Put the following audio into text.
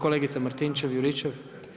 Kolegica Martinčev-Juričev.